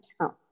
count